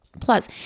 Plus